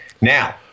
Now